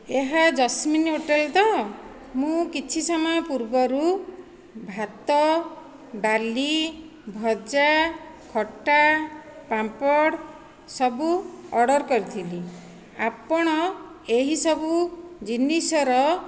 ଏହା jasmine hotel ତ ମୁଁ କିଛି ସମୟ ପୂର୍ବରୁ ଭାତ ଡାଲି ଭଜା ଖଟା ପାମ୍ପଡ଼ ସବୁ ଅର୍ଡ଼ର କରିଥିଲି ଆପଣ ଏହିସବୁ ଜିନିଷର